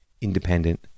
independent